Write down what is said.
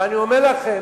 ואני אומר לכם